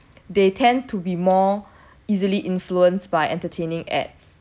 they tend to be more easily influenced by entertaining ads